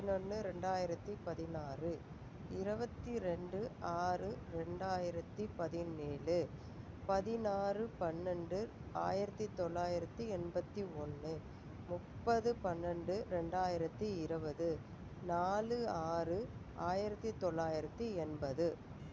பத்து பதினொன்று ரெண்டாயிரத்தி பதினாறு இருவத்தி ரெண்டு ஆறு ரெண்டாயிரத்தி பதினேழு பதினாறு பன்னெண்டு ஆயிரத்தி தொள்ளாயிரத்தி எண்பத்தி ஒன்று முப்பது பன்ரெண்டு ரெண்டாயிரத்தி இருபது நாலு ஆறு ஆயிரத்தி தொள்ளாயிரத்தி எண்பது